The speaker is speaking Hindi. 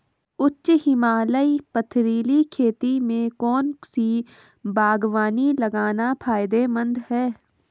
उच्च हिमालयी पथरीली खेती में कौन सी बागवानी लगाना फायदेमंद है?